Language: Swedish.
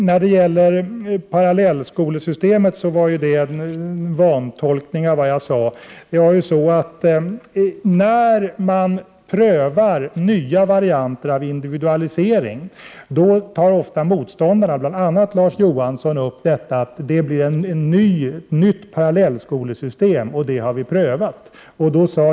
När det gäller parallellskolesystemet vantolkades mitt uttalande. När man vill pröva nya varianter av individualisering tar ofta motståndarna — bl.a. Larz Johansson — upp att det blir ett nytt parallellskolesystem och att det har prövats tidigare.